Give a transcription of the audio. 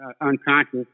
unconscious